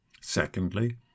Secondly